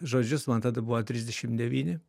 žodžius man tada buvo trisdešim devyni